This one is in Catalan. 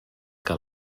que